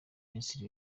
minisitiri